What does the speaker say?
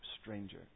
stranger